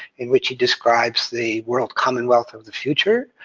in which he describes the world commonwealth of the future,